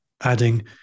adding